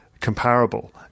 comparable